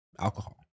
Alcohol